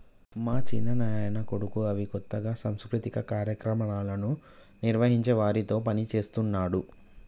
మా చిన్నాయన కొడుకు అవి కొత్తగా సాంస్కృతిక కార్యక్రమాలను నిర్వహించే వారితో పనిచేస్తున్నాడు